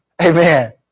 Amen